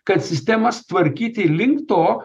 kad sistemas tvarkyti link to